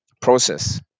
process